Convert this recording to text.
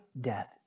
death